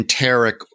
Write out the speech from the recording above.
enteric